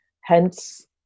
hence